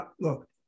look